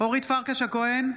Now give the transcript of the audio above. אורית פרקש הכהן,